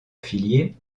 affilié